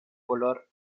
color